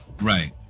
Right